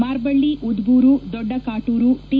Marballi Udduru Doddakaturu T